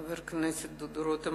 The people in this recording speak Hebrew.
חבר הכנסת דודו רותם,